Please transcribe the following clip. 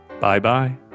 Bye-bye